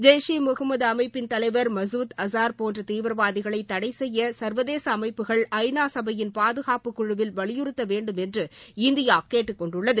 ஜெய்ஷே ஈ முகமது அமைப்பின் தலைவர் மசூத் அஸார் போன்ற தீவிரவாதிகளை தடை செய்ய சர்வதேச அமைப்புகள் ஐநா சக்பையின் பாதுகாப்பு குழுவில் வலிபுறுத்த வேண்டும் என்று இந்தியா கேட்டுக்கொண்டுள்ளது